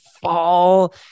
fall